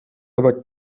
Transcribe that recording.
aber